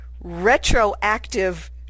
retroactive